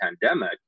pandemic